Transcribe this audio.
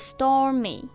Stormy